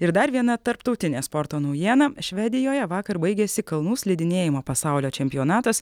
ir dar viena tarptautinė sporto naujiena švedijoje vakar baigėsi kalnų slidinėjimo pasaulio čempionatas